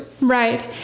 right